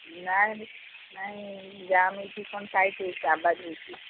ନାଇଁ ନାଇଁ ଜାମ ହେଇଛି କ'ଣ ଆବାଜ ହେଉଛି